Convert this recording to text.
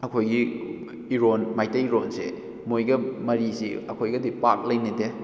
ꯑꯩꯈꯣꯏꯒꯤ ꯏꯔꯣꯟ ꯃꯩꯇꯩ ꯂꯣꯟꯁꯦ ꯃꯣꯏꯒ ꯃꯔꯤꯁꯤ ꯑꯩꯈꯣꯏꯒꯗꯤ ꯄꯥꯛ ꯂꯩꯅꯗꯦ